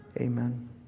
Amen